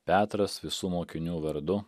petras visų mokinių vardu